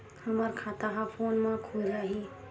हमर खाता ह फोन मा खुल जाही?